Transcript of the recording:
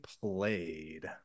played